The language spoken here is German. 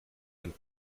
einen